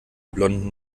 blonden